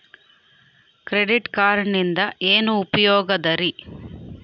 Credit ಕಾರ್ಡಿನಿಂದ ಏನು ಉಪಯೋಗದರಿ?